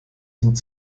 sind